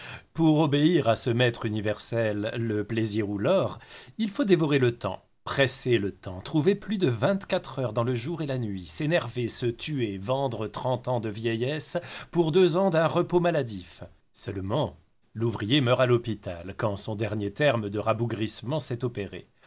pour obéir à ce maître universel le plaisir ou l'or il faut dévorer le temps presser le temps trouver plus de vingt-quatre heures dans le jour et la nuit s'énerver se tuer vendre trente ans de vieillesse pour deux ans d'un repos maladif seulement l'ouvrier meurt à l'hôpital quand son dernier terme de rabougrissement s'est opéré